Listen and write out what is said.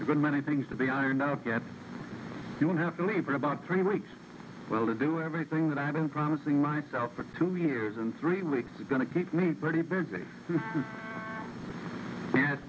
a good many things to be ironed out yet you won't have to leave for about three weeks well to do everything that i've been promising myself for two years and three weeks is going to keep me pretty busy